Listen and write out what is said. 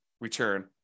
return